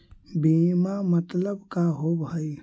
बीमा मतलब का होव हइ?